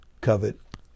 covet